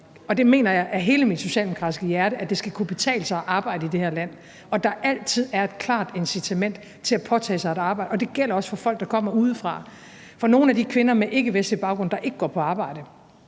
og det mener jeg af hele mit socialdemokratiske hjerte – at det skal kunne betale sig at arbejde i det her land, og at der altid er et klart incitament til at påtage sig et arbejde, og det gælder også for folk, der kommer udefra. For nogle af de kvinder med ikkevestlig baggrund, der ikke går på arbejde,